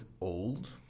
old